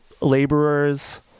laborers